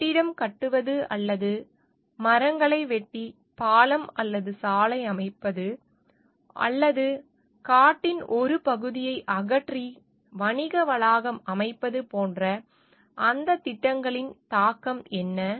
கட்டிடம் கட்டுவது அல்லது மரங்களை வெட்டி பாலம் அல்லது சாலை அமைப்பது அல்லது காட்டின் ஒரு பகுதியை அகற்றி வணிக வளாகம் அமைப்பது போன்ற அந்த திட்டங்களின் தாக்கம் என்ன